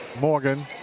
Morgan